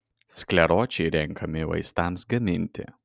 skleročiai renkami vaistams gaminti